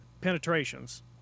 penetrations